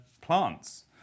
plants